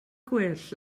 gwell